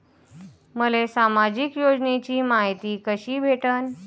मले सामाजिक योजनेची मायती कशी भेटन?